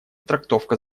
трактовка